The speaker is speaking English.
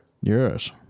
Yes